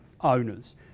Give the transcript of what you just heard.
owners